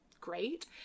great